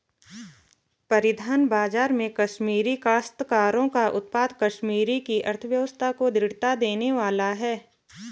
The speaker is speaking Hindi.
परिधान बाजार में कश्मीरी काश्तकारों का उत्पाद कश्मीर की अर्थव्यवस्था को दृढ़ता देने वाला है